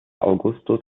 augustus